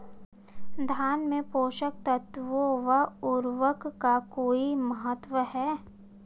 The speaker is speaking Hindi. धान में पोषक तत्वों व उर्वरक का कोई महत्व है?